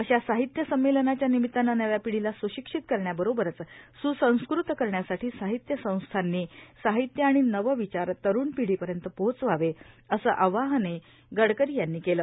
अशा साहित्य संमेलनाच्या निमितानं नव्या पिढीला स्शिक्षित करण्याबरोबरच स्संस्कृत करण्यासाठी साहित्य संस्थांनी साहित्य आणि नवविचार तरुण पीढीपर्यंत पोहोचवावे असं आवाहनही डकरी यांनी केलं